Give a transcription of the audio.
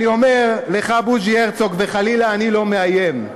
אני אומר לך, בוז'י הרצוג, וחלילה, אני לא מאיים: